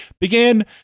began